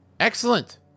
Excellent